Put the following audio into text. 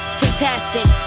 fantastic